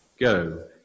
Go